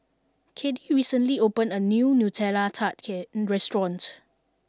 Caddie recently open a new Nutella Tart restaurant